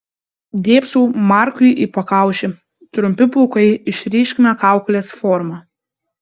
dėbsau markui į pakaušį trumpi plaukai išryškina kaukolės formą